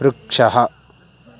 वृक्षः